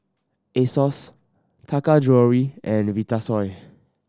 Asos Taka Jewelry and Vitasoy